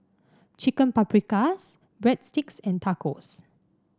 Chicken Paprikas Breadsticks and Tacos